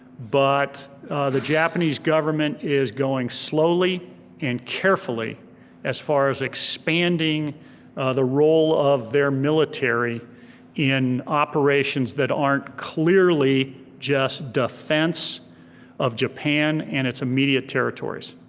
but the japanese government is going slowly and carefully as far as expanding the role of their military in operations that aren't clearly just defense of japan and its immediate territories.